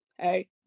hey